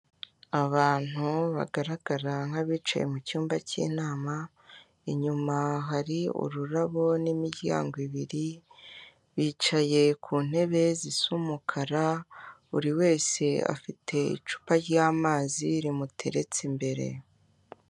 Abantu bagaragara nkabicaye mu cyumba k'inama, inyuma hari ururabo n'imiryango ibiri, bicaye ku ntebe zisa umukara, buri wese afite icupa ryamazi rimuteretse imbere.